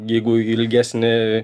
jeigu ilgesnį